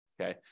Okay